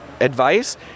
advice